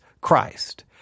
Christ